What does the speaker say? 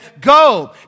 Go